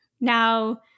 now